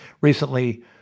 recently